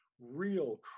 real